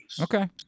Okay